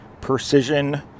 precision